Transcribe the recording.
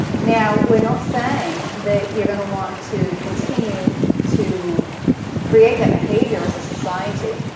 now we're not saying that you're going to want to continue to create that behavior as a society.